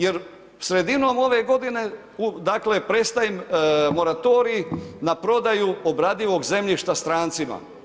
Jer sredinom ove godine, dakle prestaje moratorij na prodaju obradivom zemljišta strancima.